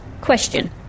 Question